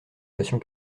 fassions